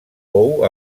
pou